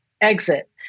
exit